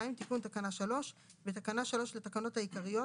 תיקון תקנה 3 2. בתקנה 3 לתקנות העיקריות,